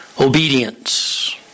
Obedience